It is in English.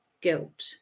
guilt